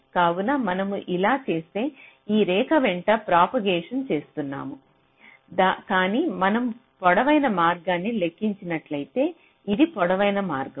కావున మనము ఇలా చేస్తే ఈ రేఖ వెంట ప్రాపగేషన్ చేస్తున్నాము కానీ మనము పొడవైన మార్గాన్ని లెక్కించినట్లయితే ఇది పొడవైన మార్గం